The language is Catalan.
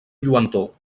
lluentor